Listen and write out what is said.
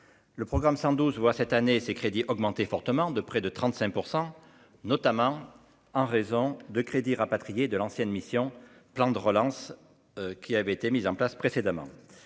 le programme 112 voix cette année ses crédits augmenter fortement, de près de 35 %, notamment en raison de crédit rapatrier de l'ancienne mission plan de relance, qui avait été mis en place précédemment,